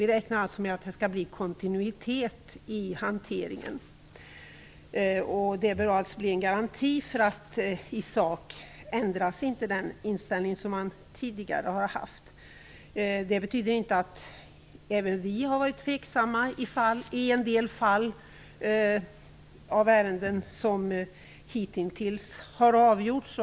Vi räknar alltså med att det skall bli en kontinuitet i hanteringen. Det bör bli en garanti för att den inställning som man tidigare haft inte kommer att ändras i sak. Även vi har varit tveksamma i en del ärenden som hittills har avgjorts.